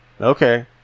Okay